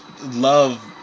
love